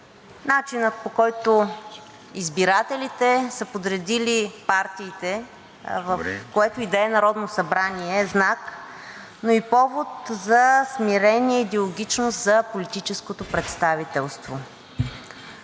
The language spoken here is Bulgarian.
Начинът, по който избирателите са подредили партиите в което и да е Народно събрание, е знак, но и повод за смирение и диалогичност за политическото представителство.